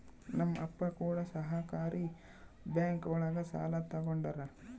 ನಮ್ ಅಪ್ಪ ಕೂಡ ಸಹಕಾರಿ ಬ್ಯಾಂಕ್ ಒಳಗ ಸಾಲ ತಗೊಂಡಾರ